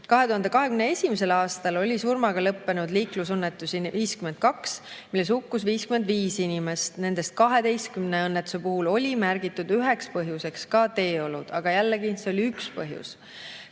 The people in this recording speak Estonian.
2021. aastal oli surmaga lõppenud liiklusõnnetusi 52, milles hukkus 55 inimest. Nendest 12 õnnetuse puhul oli märgitud üheks põhjuseks ka teeolud, aga jällegi, see oli üks põhjus.